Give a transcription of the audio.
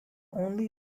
only